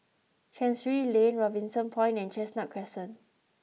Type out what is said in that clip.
Chancery Lane Robinson Point and Chestnut Crescent